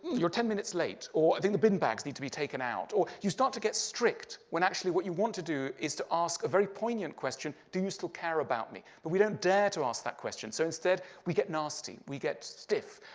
you are ten minutes late, or, i mean the bin bags need to be taken out. or you start to get strict when actually what you want to do is to ask a very poignant question do you still care about me? but we don't dare to ask that question, so instead we get nasty. we get stiff.